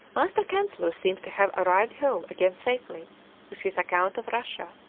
master chancellor seems to have arrived home again safely with his account of russia,